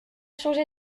changé